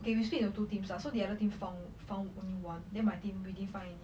okay we split into two teams lah so the other team found found only one then my team we didn't find any